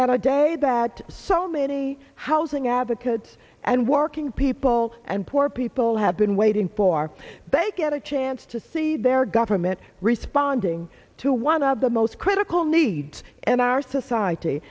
and a day that so many housing advocates and working people and poor people have been waiting for they get a chance to see their government responding to one of the most critical needs and our society